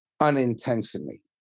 unintentionally